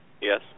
Yes